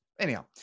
anyhow